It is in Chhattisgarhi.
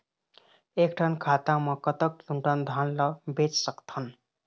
एक ठन खाता मा कतक क्विंटल धान ला बेच सकथन?